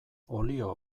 olio